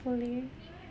hopefully